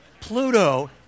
Pluto